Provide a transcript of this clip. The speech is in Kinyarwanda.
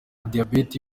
diabete